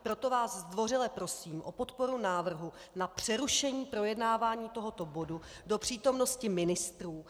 Proto vás zdvořile prosím o podporu návrhu na přerušení projednávání tohoto bodu do přítomnosti ministrů.